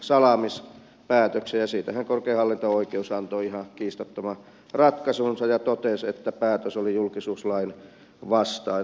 siitähän korkein hallinto oikeus antoi ihan kiistattoman ratkaisunsa ja totesi että päätös oli julkisuuslain vastainen